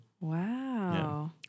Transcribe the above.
Wow